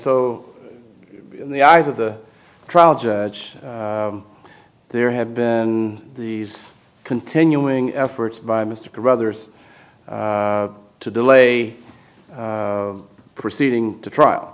so in the eyes of the trial judge there have been these continuing efforts by mr caruthers to delay a proceeding to trial